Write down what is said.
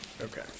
Okay